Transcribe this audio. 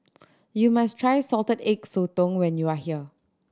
you must try Salted Egg Sotong when you are here